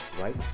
right